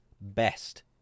best